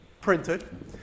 printed